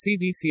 CDC